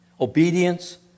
obedience